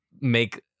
make